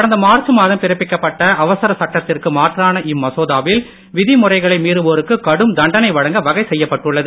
கடந்த மார்ச் மாதம் பிறப்பிக்கப்பட்ட அவசரச் சட்டத்திற்கு மாற்றான இம்மசோதாவில் விதிமுறைகளை மீறுவோருக்கு கடும் தண்டனை வழங்க வகை செய்யப்பட்டுள்ளது